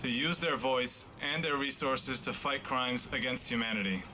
to use their voice and their resources to fight crimes against humanity